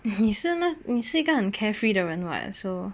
你是你是一个很 carefree 的人 what so